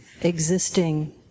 existing